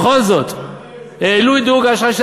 בכל זאת העלו את דירוג האשראי.